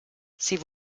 sie